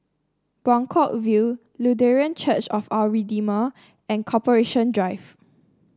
Buangkok View Lutheran Church of Our Redeemer and Corporation Drive